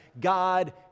God